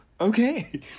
Okay